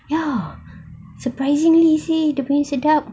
ya surprisingly seh dia punya sedap